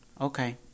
Okay